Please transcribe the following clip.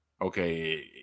Okay